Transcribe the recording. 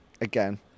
Again